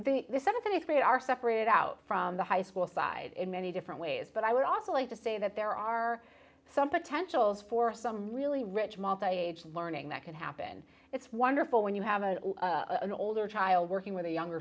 they are separated out from the high school side in many different ways but i would also like to say that there are some potentials for some really rich mantei age learning that can happen it's wonderful when you have an older child working with a younger